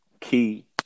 key